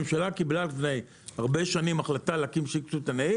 הממשלה קיבלה לפני הרבה שנים החלטה להקים שוק סיטונאי